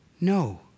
No